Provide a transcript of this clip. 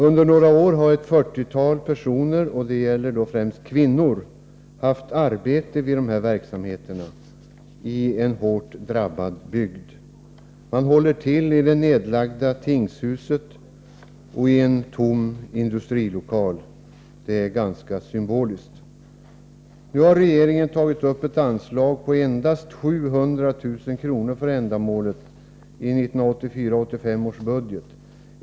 Under några år har ett 40-tal personer — främst kvinnor — i en hårt drabbad bygd haft arbete i dessa verksamheter. Man håller till i det nedlagda tingshuset och i en tom industrilokal — det är ganska symboliskt. Regeringen har i 1984/85 års budget tagit upp ett anslag på endast 700 000 kr.